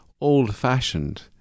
old-fashioned